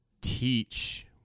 teach